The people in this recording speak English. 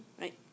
Right